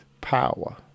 power